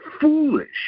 foolish